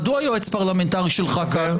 מדוע יועץ פרלמנטרי שלך כאן?